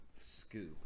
scoop